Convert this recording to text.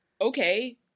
Okay